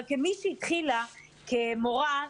אבל כמי שהתחילה כמורה,